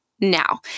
Now